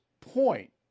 point